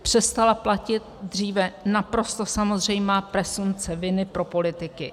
Přestala platit dříve naprosto samozřejmá presumpce viny pro politiky.